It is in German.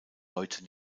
heute